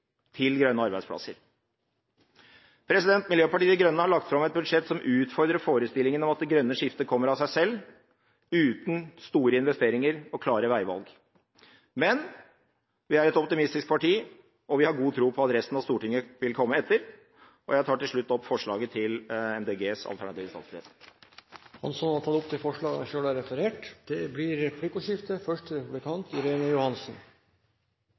til grønne arbeidsplasser? Miljøpartiet De Grønne har lagt fram et budsjett som utfordrer forestillingen om at det grønne skiftet kommer av seg selv, uten store investeringer og klare veivalg. Men vi er et optimistisk parti, og vi har god tro på at resten av Stortinget vil komme etter. Jeg tar til slutt opp Miljøpartiet De Grønnes forslag til alternativt statsbudsjett. Representanten Rasmus Hansson har tatt opp det forslaget han refererte til. Det blir replikkordskifte.